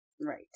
Right